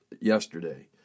yesterday